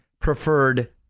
preferred